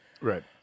Right